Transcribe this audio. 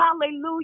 Hallelujah